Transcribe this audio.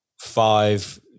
five